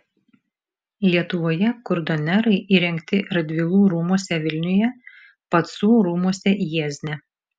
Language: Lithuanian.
lietuvoje kurdonerai įrengti radvilų rūmuose vilniuje pacų rūmuose jiezne